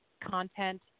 content